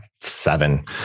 seven